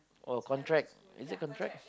oh contract is it contract